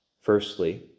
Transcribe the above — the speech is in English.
firstly